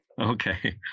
Okay